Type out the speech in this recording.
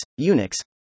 Unix